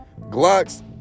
Glocks